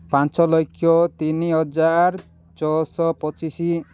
ପାଞ୍ଚ ଲକ୍ଷ ତିନି ହଜାର ଛଅଶହ ପଚିଶ